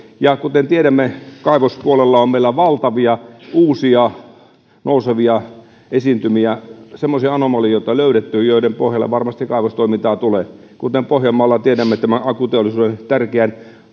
ja kuten tiedämme meillä on kaivospuolella valtavia uusia nousevia esiintymiä semmoisia anomalioita löydetty joiden pohjalle varmasti kaivostoimintaa tulee kuten pohjanmaalta tiedämme tämän akkuteollisuuden tärkeän